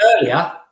earlier